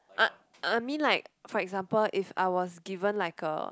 ah I I mean like for example if I was given like a